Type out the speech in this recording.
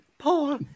Paul